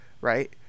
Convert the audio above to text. Right